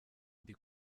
ndi